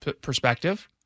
perspective